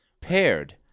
paired